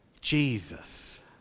Jesus